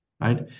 Right